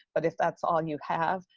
but if that's all you have,